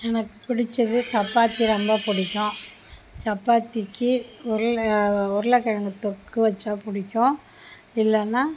எனக்கு பிடித்தது சப்பாத்தி ரொம்ப பிடிக்கும் சப்பாத்திக்கு உருளை உருளைக்கிழங்கு தொக்கு வச்சால் பிடிக்கும் இல்லைன்னா